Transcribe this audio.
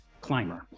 Climber